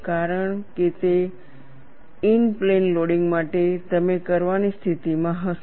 ફક્ત in plane loading માટે તમે કરવાની સ્થિતિમાં હશો